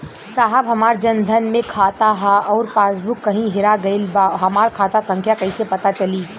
साहब हमार जन धन मे खाता ह अउर पास बुक कहीं हेरा गईल बा हमार खाता संख्या कईसे पता चली?